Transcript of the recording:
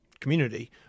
community